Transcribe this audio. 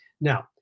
Now